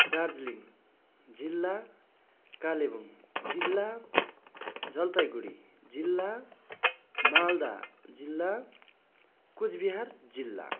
दार्जिलिङ जिल्ला कालेबुङ जिल्ला जलपाइगुडी जिल्ला मालदा जिल्ला कुच बिहार जिल्ला